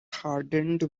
hardened